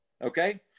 Okay